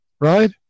Right